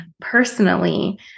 personally